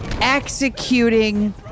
executing